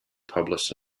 published